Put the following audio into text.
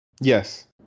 Yes